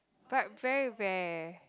but very rare